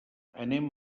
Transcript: anem